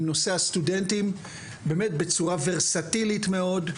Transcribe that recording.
נושא הסטודנטים בצורה ורסטילית מאוד,